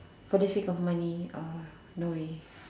for the sake of money uh no way